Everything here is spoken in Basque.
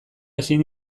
ezin